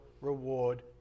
reward